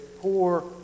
poor